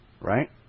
Right